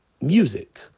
music